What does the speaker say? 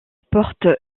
porte